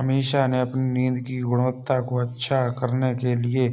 अमीषा ने अपनी नींद की गुणवत्ता को अच्छा करने के लिए